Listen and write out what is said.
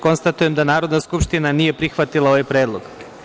Konstatujem da Narodna skupština nije prihvatila ovaj predlog.